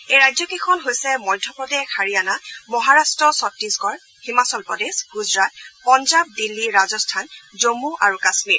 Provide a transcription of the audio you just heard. এই ৰাজ্যকেইখন হৈছে মদ্যপ্ৰদেশ হাৰিয়ানা মহাৰাট্ট ছত্তিশগড় হিমাচল প্ৰদেশ গুটৰাট পঞ্জাৱ দিল্লী ৰাজস্থান জম্মু আৰু কাশ্মীৰ